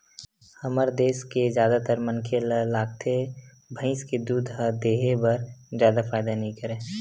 हमर देस के जादातर मनखे ल लागथे के भइस के दूद ह देहे बर जादा फायदा नइ करय